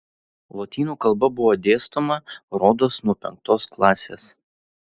lotynų kalba buvo dėstoma rodos nuo penktos klasės